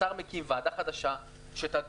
השר מקים ועדה חדשה שתדון,